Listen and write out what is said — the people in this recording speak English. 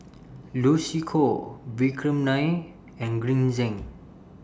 Lucy Koh Vikram Nair and Green Zeng